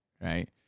Right